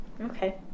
Okay